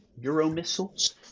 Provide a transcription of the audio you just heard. Euromissiles